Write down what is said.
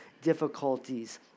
difficulties